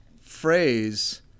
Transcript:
phrase